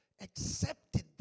accepted